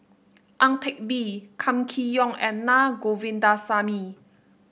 Ang Teck Bee Kam Kee Yong and Naa Govindasamy